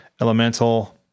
Elemental